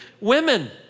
women